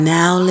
now